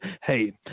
Hey